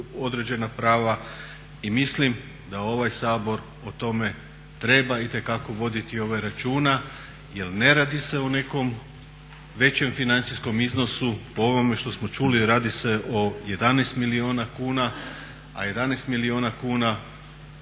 određena prava. I mislim da ovaj Sabor o tome treba itekako voditi računa jer ne radi se o nekom većem financijskom iznosu po ovome što smo čuli radi se o 11 milijuna kuna a 11 milijuna kuna